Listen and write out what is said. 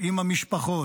עם המשפחות,